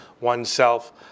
oneself